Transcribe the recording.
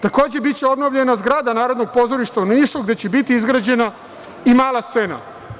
Takođe, biće obnovljena zgrada Narodnog pozorišta u Nišu, gde će biti izgrađena i mala scena.